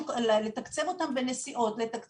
לתת